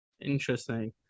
Interesting